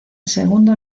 segundo